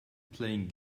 playing